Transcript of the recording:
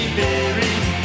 buried